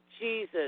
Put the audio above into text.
Jesus